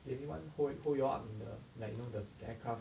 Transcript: did anyone hold hold you all up in the like you know the aircraft